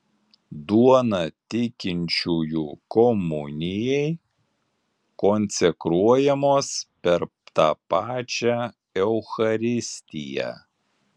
duona tikinčiųjų komunijai konsekruojamos per tą pačią eucharistiją